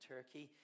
Turkey